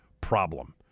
problem